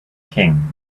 king